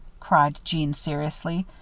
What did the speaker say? cried jeanne, seriously,